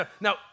Now